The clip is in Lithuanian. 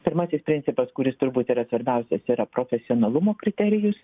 pirmasis principas kuris turbūt yra svarbiausias yra profesionalumo kriterijus